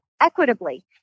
equitably